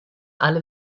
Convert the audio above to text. alle